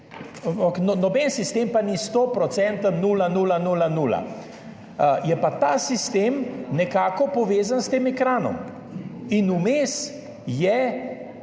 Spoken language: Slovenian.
noben sistem pa ni stoprocenten, nula, nula, nula, nula. Je pa ta sistem nekako povezan s tem ekranom in vmes je